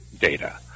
data